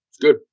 Good